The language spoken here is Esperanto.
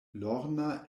lorna